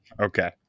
Okay